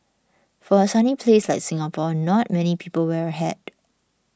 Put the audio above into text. for a sunny place like Singapore not many people wear a hat